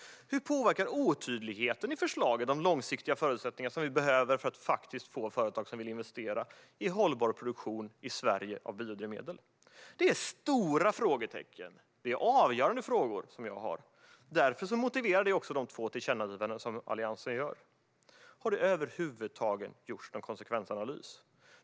Hur påverkar otydligheten i förslagen de långsiktiga förutsättningar vi behöver för att faktiskt få företag som vill investera i hållbar produktion av biodrivmedel i Sverige? Detta är stora frågetecken. Det är avgörande frågor jag ställer. Därför motiverar de också de två tillkännagivanden Alliansen gör. Har det över huvud taget gjorts någon konsekvensanalys?